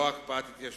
לא הקפאת התיישבות,